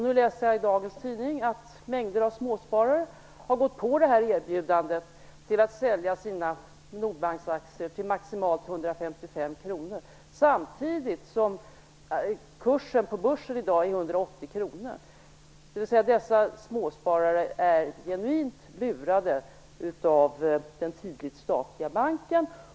Nu läser jag i dagens tidning att mängder av småsparare har gått på det här erbjudandet att sälja sina Nordbanksaktier till maximalt 155 kr samtidigt som kursen på börsen i dag är 180 kr. Dessa småsparare är genuint lurade av den tydligt statliga banken.